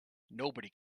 nobody